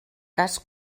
cas